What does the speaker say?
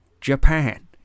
Japan